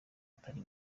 atari